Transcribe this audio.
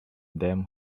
them